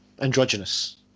Androgynous